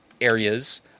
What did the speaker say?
areas